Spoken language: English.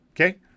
Okay